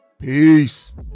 Peace